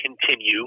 continue